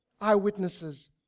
eyewitnesses